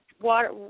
water